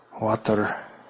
water